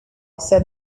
said